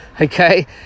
Okay